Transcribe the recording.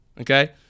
Okay